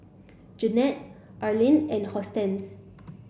Jennette Arlyn and Hortense